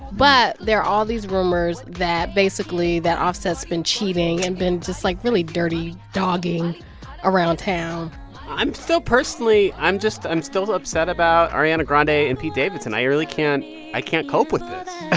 but there are all these rumors that, basically, that offset's been cheating and been just, like, really dirty dogging around town i'm still personally i'm just i'm still upset about ariana grande and pete davidson. i really can't i can't cope with this